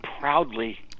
proudly